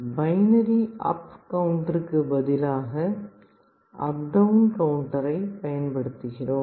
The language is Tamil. பைனரி அப் கவுண்டருக்கு பதிலாக அப் டவுன் கவுண்டரை பயன்படுத்துகிறோம்